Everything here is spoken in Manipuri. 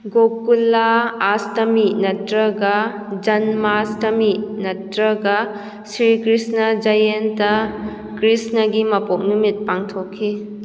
ꯒꯣꯀꯨꯂꯥ ꯑꯥꯁꯇꯥꯃꯤ ꯅꯠꯇ꯭ꯔꯒ ꯖꯟꯃꯥꯁꯇꯃꯤ ꯅꯠꯇ꯭ꯔꯒ ꯁꯤꯔꯤ ꯀ꯭ꯔꯤꯁꯅ ꯖꯌꯦꯟꯇ ꯀ꯭ꯔꯤꯁꯅꯒꯤ ꯃꯄꯣꯛ ꯅꯨꯃꯤꯠ ꯄꯥꯡꯊꯣꯛꯈꯤ